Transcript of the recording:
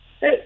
Hey